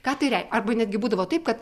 ką tai rei arba netgi būdavo taip kad